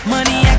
Money